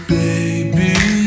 baby